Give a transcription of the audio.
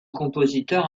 compositeur